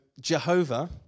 Jehovah